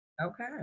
Okay